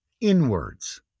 inwards